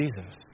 Jesus